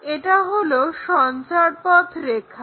এটা হলো সঞ্চারপথ রেখা